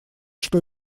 что